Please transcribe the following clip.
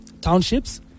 townships